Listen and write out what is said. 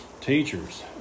teachers